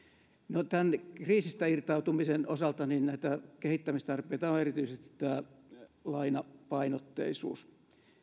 no tämän kriisistä irtautumisen osalta näitä kehittämistarpeita on erityisesti tämä lainapainotteisuus